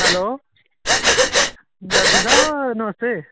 hello दर्जी साहब नमस्ते